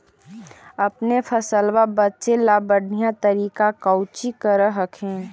अपने फसलबा बचे ला बढ़िया तरीका कौची कर हखिन?